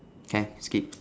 can I just skip